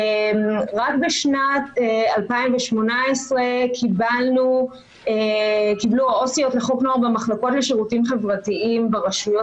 רק בשנת 2018 קיבלו העו"סיות לחוק נוער במחלקות לשירותים חברתיים ברשויות